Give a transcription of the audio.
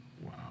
Wow